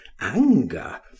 anger